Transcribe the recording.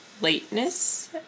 lateness